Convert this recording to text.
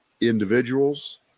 individuals